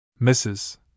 Mrs